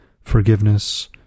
forgiveness